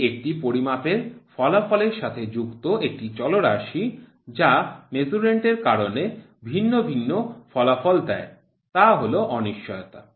এটি একটি পরিমাপের ফলাফলের সাথে যুক্ত একটি চলরাশি যা মেজার্যান্ড এর কারণে ভিন্ন ভিন্ন ফলাফল দেয় তা হল অনিশ্চয়তা